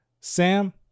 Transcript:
Sam